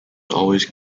always